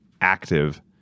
active